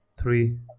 Three